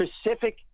specific